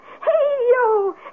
Hey-yo